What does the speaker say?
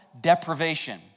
deprivation